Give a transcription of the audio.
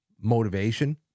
motivation